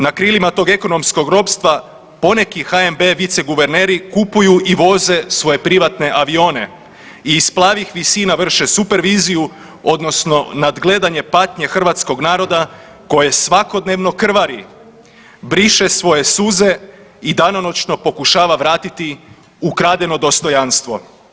Na krilima tog ekonomskog ropstva poneki HNB vice guverneri kupuju i voze svoje privatne avione i iz plavih visina vrše super viziju, odnosno nadgledanje patnje hrvatskog naroda koje svakodnevno krvari, briše svoje suze i danonoćno pokušava vratiti ukradeno dostojanstvo.